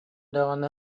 даҕаны